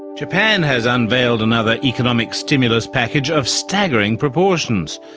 japan has unveiled another economic stimulus package of staggering proportions.